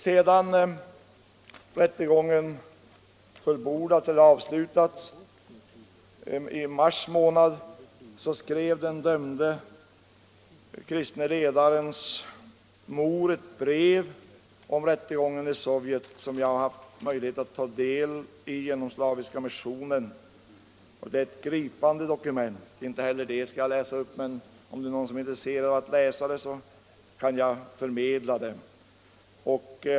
Sedan rättegången mot Vins avslutats i mars månad skrev den dömde kristne ledarens mor ett brev om rättegången i Sovjet, vilket jag har haft möjlighet att ta del av genom Slaviska missionen. Det är ett gripande dokument. Inte heller det skall jag läsa upp här, men om det är någon som är intresserad av att ta del av det, kan jag förmedla detta.